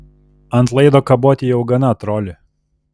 ant laido kaboti jau gana troli